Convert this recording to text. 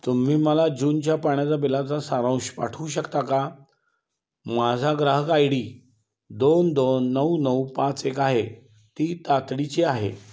तुम्ही मला जूनच्या पाण्याचा बिलाचा सारांश पाठवू शकता का माझा ग्राहक आय डी दोन दोन नऊ नऊ पाच एक आहे ती तातडीची आहे